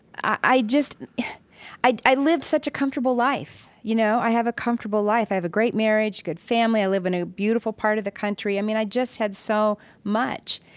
i just i i lived such a comfortable life, you know? i have a comfortable life. i have a great marriage, good family. i live in a beautiful part of the country. i mean, i just had so much.